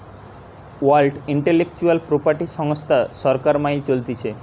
world intellectual property সংস্থা সরকার মাইল চলতিছে